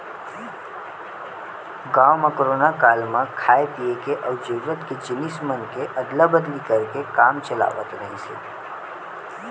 गाँव म कोरोना काल म खाय पिए के अउ जरूरत के जिनिस मन के अदला बदली करके काम चलावत रिहिस हे